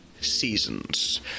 seasons